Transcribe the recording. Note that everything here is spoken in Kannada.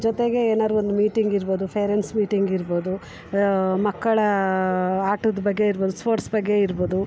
ಜೊತೆಗೆ ಏನಾದ್ರೂ ಒಂದು ಮೀಟಿಂಗ್ ಇರ್ಬೋದು ಫೇರೆಂಟ್ಸ್ ಮೀಟಿಂಗ್ ಇರ್ಬೋದು ಮಕ್ಕಳ ಆಟದ ಬಗ್ಗೆ ಇರ್ಬೋದು ಸ್ಪೋರ್ಟ್ಸ್ ಬಗ್ಗೆ ಇರ್ಬೋದು